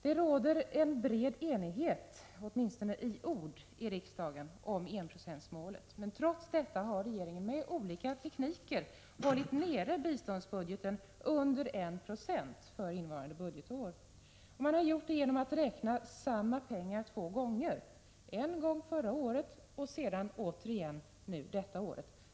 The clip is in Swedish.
Det råder en bred enighet, åtminstone i ord, i riksdagen om enprocentsmålet, men trots detta har regeringen med olika tekniker hållit nere biståndsbudgeten under 1 960 för innevarande budgetår. Man har gjort det genom att räkna samma pengar två gånger, en gång förra året och en gång till i år.